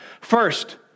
First